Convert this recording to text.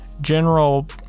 general